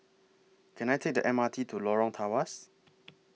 Can I Take The M R T to Lorong Tawas